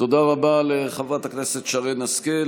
תודה רבה לחברת הכנסת שרן השכל.